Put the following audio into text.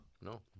no